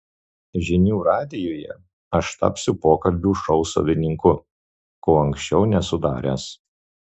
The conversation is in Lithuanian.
žinių radijuje aš tapsiu pokalbių šou savininku ko anksčiau nesu daręs